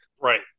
Right